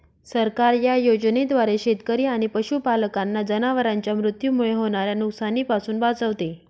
सरकार या योजनेद्वारे शेतकरी आणि पशुपालकांना जनावरांच्या मृत्यूमुळे होणाऱ्या नुकसानीपासून वाचवते